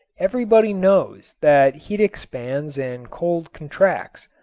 everybody knows that heat expands and cold contracts,